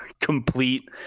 complete